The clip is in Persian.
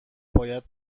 باید